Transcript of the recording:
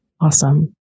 Awesome